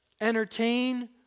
entertain